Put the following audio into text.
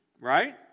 Right